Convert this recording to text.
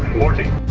forty.